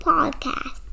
Podcast